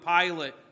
Pilate